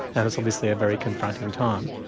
and it's obviously a very confronting time.